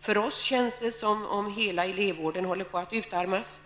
För oss känns det som om hela elevvården håller på att utarmas.